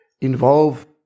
involve